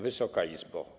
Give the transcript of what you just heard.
Wysoka Izbo!